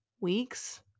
weeks